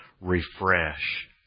refresh